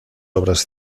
obras